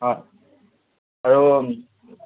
অঁ আৰু